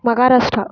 Maharashtra